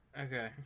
Okay